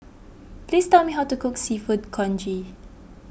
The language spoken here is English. please tell me how to cook Seafood Congee